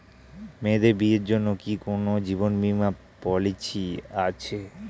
মেয়েদের বিয়ের জন্য কি কোন জীবন বিমা পলিছি আছে?